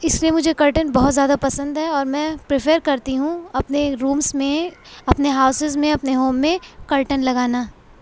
اس لئے مجھے کرٹن بہت زیادہ پسند ہے اور میں پریفئر کرتی ہوں اپنے رومس میں اپنے ہاؤسس میں اپنے ہوم میں کرٹن لگانا